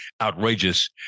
outrageous